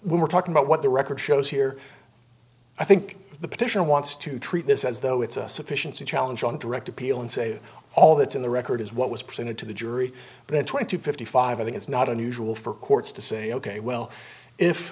we were talking about what the record shows here i think the petition wants to treat this as though it's a sufficiency challenge on direct appeal and say all that's in the record is what was presented to the jury but twenty fifty five i think it's not unusual for courts to say ok well if